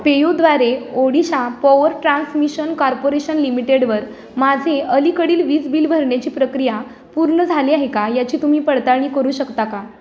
पेयूद्वारे Odisha power transmission corporation लिमिटेडवर माझे अलीकडील वीज बिल भरण्याची प्रक्रिया पूर्ण झाली आहे का याची तुम्ही पडताळणी करू शकता का